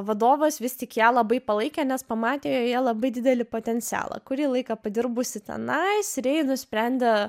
vadovas vis tik ją labai palaikė nes pamatė joje labai didelį potencialą kurį laiką padirbusi tenais rei nusprendė